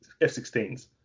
F-16s